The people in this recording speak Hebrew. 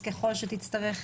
אז ככל שתצטרך,